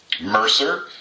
Mercer